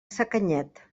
sacanyet